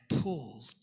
pulled